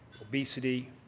obesity